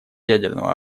ядерного